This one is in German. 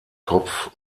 kopf